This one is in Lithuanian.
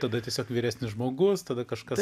tada tiesiog vyresnis žmogus tada kažkas